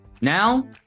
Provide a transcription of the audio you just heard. now